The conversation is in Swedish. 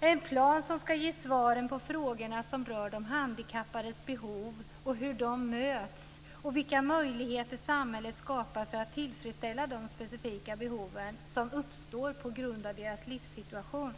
Det är en plan som ska ge svar på de frågor som rör de handikappades behov och hur de möts och vilka möjligheter samhället skapar för att tillfredsställa de specifika behoven som uppstår på grund av deras livssituation.